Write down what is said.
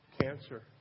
Cancer